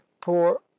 poor